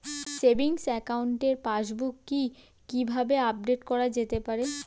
Savings একাউন্টের passbook কি কিভাবে আপডেট করা যেতে পারে?